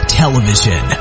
television